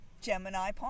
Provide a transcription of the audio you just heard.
Gemini